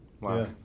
Wow